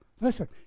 Listen